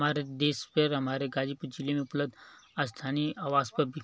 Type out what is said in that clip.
हमारे देश पर हमारे गाजीपुर ज़िले में उपलब्ध स्थानीय आवास पर भी